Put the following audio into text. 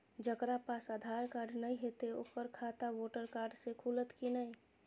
जकरा पास आधार कार्ड नहीं हेते ओकर खाता वोटर कार्ड से खुलत कि नहीं?